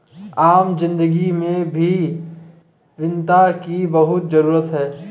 आम जिन्दगी में भी वित्त की बहुत जरूरत है